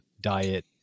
diet